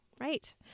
Right